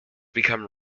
become